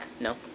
No